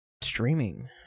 streaming